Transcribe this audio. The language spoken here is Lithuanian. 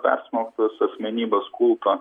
persmelktas asmenybės kulto